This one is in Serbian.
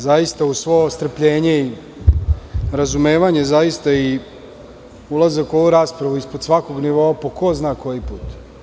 Zaista, uz svo strpljenje i razumevanje i ulazak u ovu raspravu je ispod svakog nivoa po ko zna koji put.